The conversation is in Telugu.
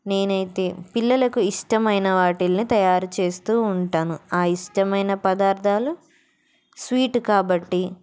నేనైతే పిల్లలకు ఇష్టమైన వాటిల్ని తయారు చేస్తూ ఉంటాను ఆ ఇష్టమైన పదార్థాలు స్వీట్ కాబట్టి